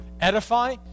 edify